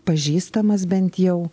pažįstamas bent jau